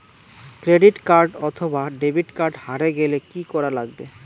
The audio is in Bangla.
ক্রেডিট কার্ড অথবা ডেবিট কার্ড হারে গেলে কি করা লাগবে?